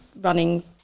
running